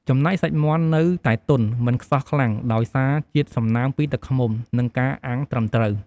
ចំណែកសាច់មាន់នៅតែទន់ មិនខ្សោះខ្លាំង ដោយសារជាតិសំណើមពីទឹកឃ្មុំនិងការអាំងត្រឹមត្រូវ។